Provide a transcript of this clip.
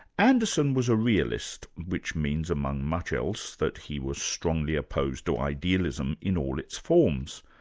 anderson was a realist, which means among much else, that he was strongly opposed to idealism in all its forms.